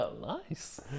nice